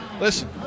listen